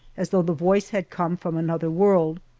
as though the voice had come from another world.